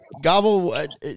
Gobble